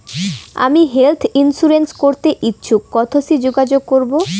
আমি health insurance করতে ইচ্ছুক কথসি যোগাযোগ করবো?